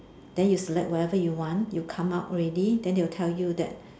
then you select whatever you want you come out already then they'll tell you that